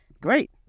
great